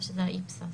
זה האיפסה.